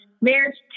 marriage